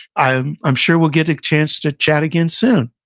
i'm i'm sure we'll get a chance to chat again soon.